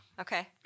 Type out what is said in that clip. Okay